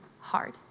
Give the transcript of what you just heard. hard